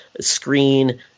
screen